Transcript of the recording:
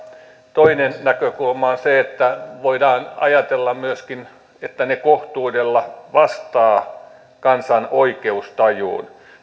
toinen näkökulma on se että voidaan ajatella myöskin että ne kohtuudella vastaavat kansan oikeustajuun